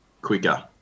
quicker